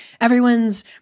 everyone's